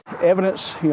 Evidence